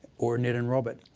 or ned and robert?